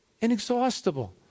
Inexhaustible